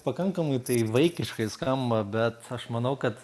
pakankamai tai vaikiškai skamba bet aš manau kad